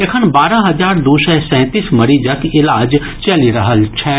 एखन बारह हजार दू सय सैंतीस मरीजक इलाज चलि रहल छनि